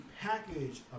package